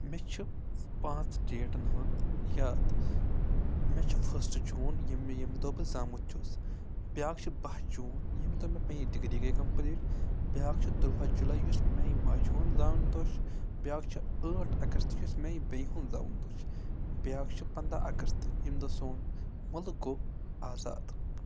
مےٚ چھِ پانٛژھ ڈیٹَن ہُنٛد یاد مےٚ چھُ فٔسٹ جوٗن ییٚمہِ ییٚمہِ دۄہ بہٕ زامُت چھُس بیاکھ چھُ باہ جوٗن ییٚمہِ دۄہ مےٚ پنٛنہِ ڈگری گٔے کَمپٕلیٖٹ بیاکھ چھُ تُرٛوہ جُلے یُس مےٚ میانہِ ماجہِ ہُنٛد زاوُن دۄہ چھُ بیاکھ چھُ ٲٹھ اَگست یُس میانہِ بیٚیہِ ہُنٛد زاوُن دۄہ چھُ بیاکھ چھُ پنٛداہ اَگست ییٚمہِ دۄہ سون مُلُک گوٚو آزاد